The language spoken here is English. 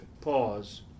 pause